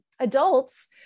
adults